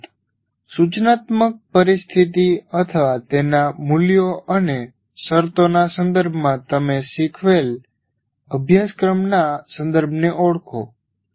કસરત સૂચનાત્મક પરિસ્થિતિ અથવા તેના મૂલ્યો અને શરતોના સંદર્ભમાં તમે શીખવેલા અભ્યાસક્રમના સંદર્ભને ઓળખો